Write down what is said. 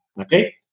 okay